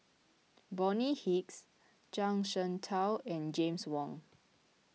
Bonny Hicks Zhuang Shengtao and James Wong